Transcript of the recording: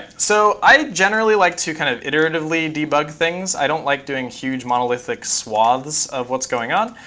so i generally like to kind of iteratively debug things. i don't like doing huge monolithic swaths of what's going on.